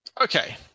Okay